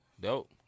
Dope